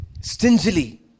Stingily